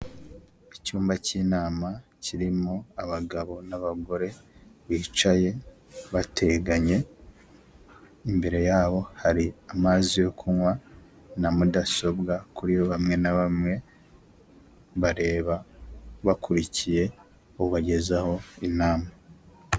Icyumba cy'inama kirimo abagabo n'abagore bicaye bateganye, imbere yabo hari amazi yo kunywa na mudasobwa kuri bamwe na bamwe bareba bakurikiye ubagezaho inama.